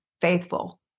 faithful